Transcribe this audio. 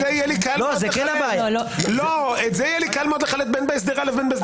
את זה יהיה לי קל לחלט בין בהסדר א' או ב'.